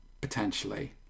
Potentially